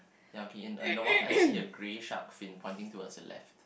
ya okay and in the water I see a grey shark fin pointing towards the left